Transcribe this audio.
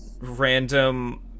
random